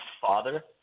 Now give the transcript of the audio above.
father